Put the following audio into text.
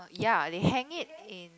ya they hang it in